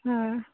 ओ